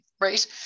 right